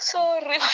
Sorry